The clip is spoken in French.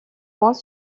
moins